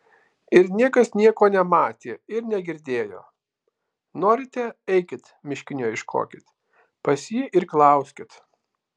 ir niekas nieko nematė ir negirdėjo norite eikit miškinio ieškokit pas jį ir klauskit